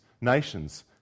nations